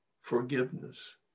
forgiveness